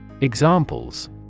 Examples